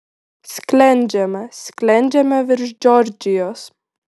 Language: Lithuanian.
sklendžiame sklendžiame virš džordžijos